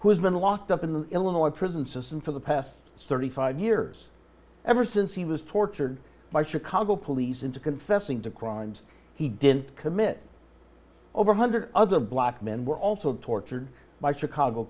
has been locked up in the illinois prison system for the past thirty five years ever since he was tortured by chicago police into confessing to crimes he didn't commit over a one hundred other black men were also tortured by chicago